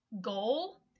goal